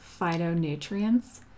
phytonutrients